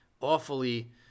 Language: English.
awfully